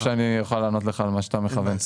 שאני אוכל לענות לך על מה שאתה מכוון.